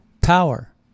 power